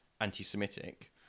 anti-Semitic